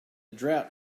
drought